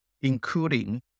including